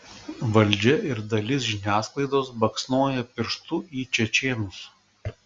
valdžia ir dalis žiniasklaidos baksnoja pirštu į čečėnus